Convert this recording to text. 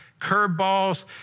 curveballs